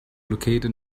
located